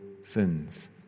sins